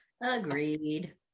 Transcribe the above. agreed